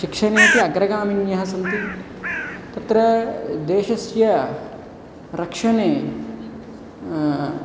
शिक्षणेऽपि अग्रगामिण्यस्सन्ति तत्र देशस्य रक्षणे